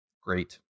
great